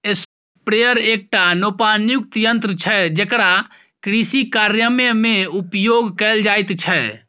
sprayer एकटा नोपानियुक्त यन्त्र छै जेकरा कृषिकार्यमे उपयोग कैल जाइत छै